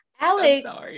Alex